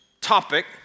topic